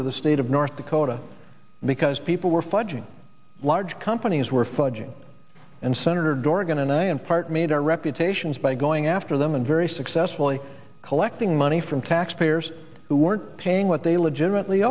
to the state of north dakota because people were fudging large companies were fudging and senator dorgan and i and part made our reputations by going after them and very successfully collecting money from taxpayers who weren't paying what they legitimately